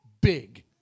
big